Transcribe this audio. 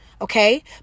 Okay